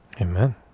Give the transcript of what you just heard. Amen